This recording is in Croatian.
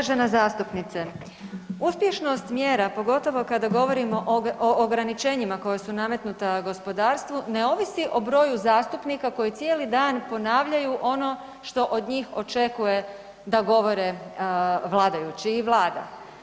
Uvažena zastupnice, uspješnost mjera pogotovo kada govorimo o ograničenjima koja su nametnuta gospodarstvu ne ovisi o broju zastupnika koji cijeli dan ponavljaju ono što od njih očekuje da govore vladajući i vlada.